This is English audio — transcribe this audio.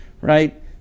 right